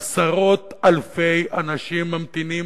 עשרות אלפי אנשים ממתינים